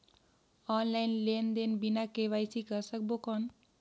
Online लेनदेन बिना KYC कर सकबो कौन??